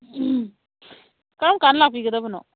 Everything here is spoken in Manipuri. ꯀꯔꯝ ꯀꯥꯟ ꯂꯥꯛꯄꯤꯒꯗꯕꯅꯣ